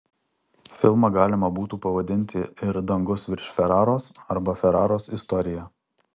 filmą galima būtų pavadinti ir dangus virš feraros arba feraros istorija